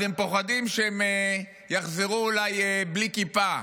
אז הם פוחדים שהם אולי יחזרו בלי כיפה.